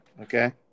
Okay